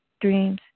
dreams